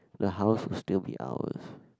the house will still be ours